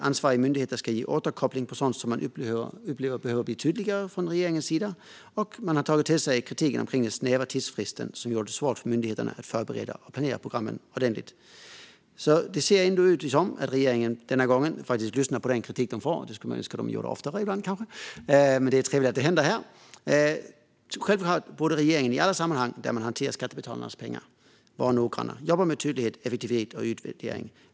Ansvariga myndigheter ska ge återkoppling på sådant som man från regeringens sida upplever behöver bli tydligare. Man har också tagit till sig av kritiken om den snäva tidsfristen, som gjorde det svårt för myndigheterna att förbereda och planera programmen ordentligt. Det ser ändå ut som att regeringen denna gång faktiskt har lyssnat på den kritik som man har fått. Det skulle vi önska att man gjorde oftare. Men det är trevligt att det händer här. Självklart borde regeringen i alla sammanhang där man hanterar skattebetalarnas pengar vara noggrann och jobba med tydlighet, effektivitet och utvärdering.